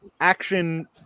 action